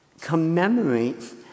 commemorates